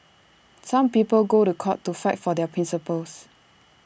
some people go to court to fight for their principles